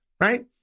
right